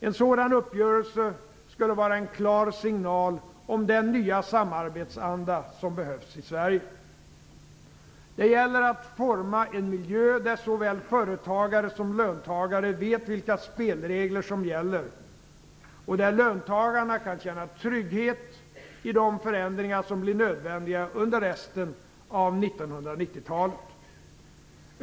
En sådan uppgörelse skulle vara en klar signal om den nya samarbetsanda som behövs i Sverige. Det gäller att forma en miljö där såväl företagare som löntagare vet vilka spelregler som gäller, och där löntagarna kan känna trygghet i de förändringar som blir nödvändiga under resten av 1990-talet.